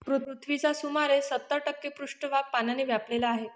पृथ्वीचा सुमारे सत्तर टक्के पृष्ठभाग पाण्याने व्यापलेला आहे